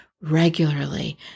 regularly